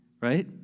right